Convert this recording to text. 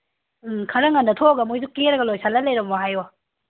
ꯎꯝ ꯈꯔ ꯉꯟꯅ ꯊꯣꯛꯑꯒ ꯃꯈꯣꯏꯁꯨ ꯀꯦꯔꯒ ꯂꯣꯏꯁꯜꯂ ꯂꯩꯔꯝꯃꯣ ꯍꯥꯏꯌꯣ